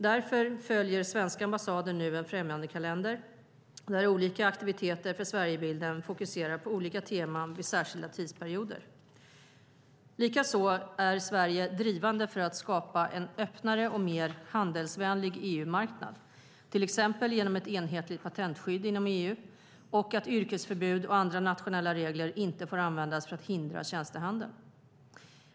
Därför följer svenska ambassader nu en främjandekalender, där olika aktiviteter för Sverigebilden fokuserar på olika teman vid särskilda tidsperioder. Likaså är Sverige drivande för att skapa en öppnare och mer handelsvänlig EU-marknad, till exempel genom ett enhetligt patentskydd inom EU och att yrkesförbud och andra nationella regler inte får användas för att hindra tjänstehandeln.